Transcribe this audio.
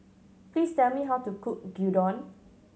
please tell me how to cook Gyudon